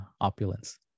opulence